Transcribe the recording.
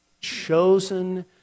Chosen